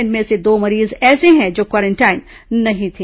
इनमें से दो मरीज ऐसेहैं जो क्वारेंटाइन नहीं थे